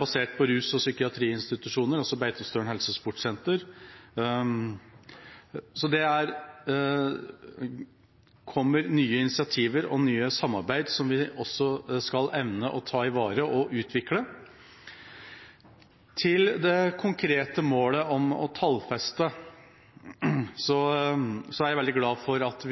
basert på rus- og psykiatriinstitusjoner. Et annet er Beitostølen Helsesportsenter. Det kommer nye initiativer og nye samarbeid som vi også skal evne å ivareta og utvikle. Til det konkrete målet om å tallfeste: Jeg er veldig glad for at